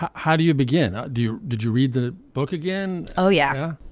ah how do you begin? ah do you? did you read the book again? oh, yeah.